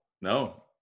no